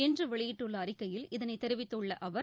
இன்று வெளியிட்டுள்ள அறிக்கையில் இதனைத் தெரிவித்துள்ள அவர்